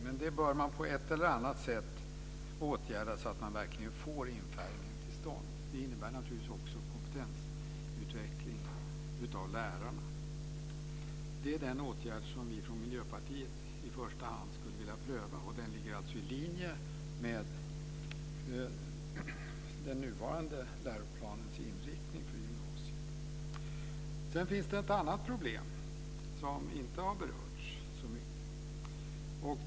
Men detta bör man på ett eller annat sätt åtgärda så att man verkligen får en infärgning till stånd. Det innebär naturligtvis också kompetensutveckling av lärarna. Det är den åtgärd som vi från Miljöpartiet i första hand skulle vilja pröva och den ligger alltså i linje med den nuvarande läroplanens inriktning för gymnasiet. Sedan finns det ett annat problem som inte har berörts så mycket.